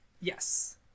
Yes